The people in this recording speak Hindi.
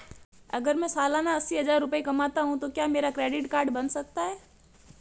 अगर मैं सालाना अस्सी हज़ार रुपये कमाता हूं तो क्या मेरा क्रेडिट कार्ड बन सकता है?